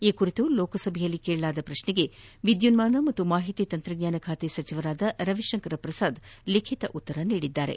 ಈ ಕುರಿತು ಲೋಕಸಭೆಯಲ್ಲಿ ಕೇಳಲಾದ ಪ್ರಶ್ನೆಗೆ ವಿದ್ಯುನ್ಮಾನ ಮತ್ತು ಮಾಹಿತಿ ತಂತ್ರಜ್ಞಾನ ಖಾತೆ ಸಚಿವ ರವಿಶಂಕರ್ ಪ್ರಸಾದ್ ಲಿಖಿತ ಉತ್ತರ ನೀಡಿದ್ದಾರೆ